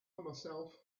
myself